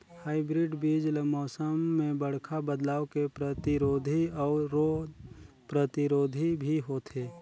hybrid बीज ल मौसम में बड़खा बदलाव के प्रतिरोधी अऊ रोग प्रतिरोधी भी होथे